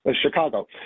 Chicago